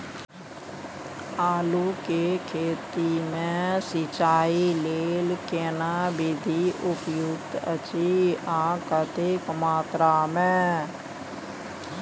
आलू के खेती मे सिंचाई लेल केना विधी उपयुक्त अछि आ कतेक मात्रा मे?